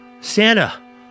Santa